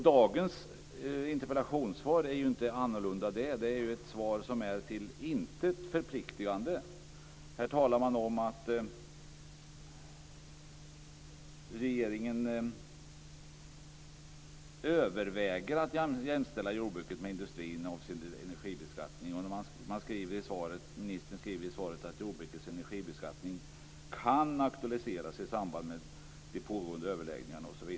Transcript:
Dagens interpellationssvar är inte annorlunda. Det är ett svar som är till intet förpliktande. Här talas det om att regeringen överväger att jämställa jordbruket med industrin avseende energibeskattningen. Ministern säger i svaret: "Jordbrukets energibeskattning kan aktualiseras i samband med de pågående överläggningarna -."